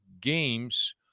games